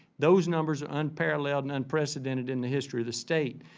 those numbers are unparalleled and unprecedented in the history of the state.